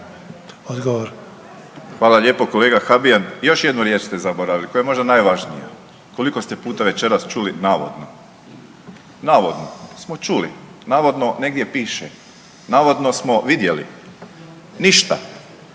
(HDZ)** Hvala lijepo kolega Habijan, još jednu riječ ste zaboravili koja je možda najvažnija. Koliko ste puta večeras čuli navodno. Navodno smo čuli, navodno negdje piše, navodno smo vidjeli. Ništa.